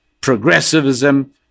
progressivism